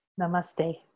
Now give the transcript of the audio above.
Namaste